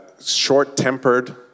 short-tempered